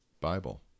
Bible